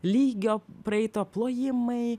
lygio praeito plojimai